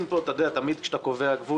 תמיד כשאתה קובע גבול,